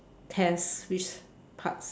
test which parts